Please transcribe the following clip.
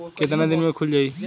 कितना दिन में खुल जाई?